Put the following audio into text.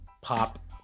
pop